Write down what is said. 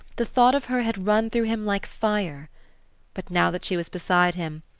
the thought of her had run through him like fire but now that she was beside him,